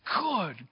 good